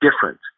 different